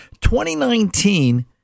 2019